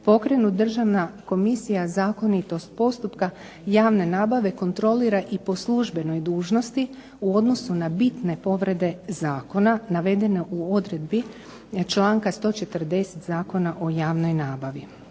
pokrenut Državna komisija zakonitost postupka javne nabave kontrolira i po službenoj dužnosti u odnosu na bitne povrede zakona navedene u odredbi članka 140. Zakona o javnoj nabavi.